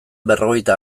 berrogeita